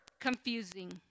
confusing